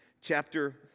chapter